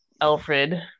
Alfred